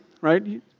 right